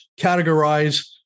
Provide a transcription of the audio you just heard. categorize